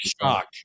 shock